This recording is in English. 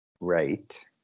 Right